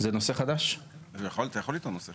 אתה יכול לטעון נושא חדש.